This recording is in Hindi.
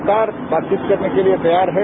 सरकार बातचीत करने के लिए तैयार है